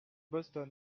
boston